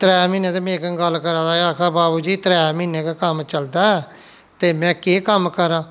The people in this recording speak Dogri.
त्रै म्हीने ते मेरे कन्नै गल्ल करा दा आक्खा दा बाबू जी त्रै महिने गै कम्म चलदा ऐ ते में केह् कम्म करांऽ